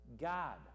God